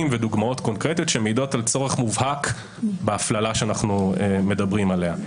ודוגמות קונקרטיות שמעידות על צורך מובהק בהפללה שאנחנו מדברים עליה.